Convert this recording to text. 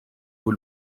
vous